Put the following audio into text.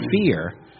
fear